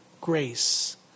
grace